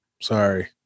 Sorry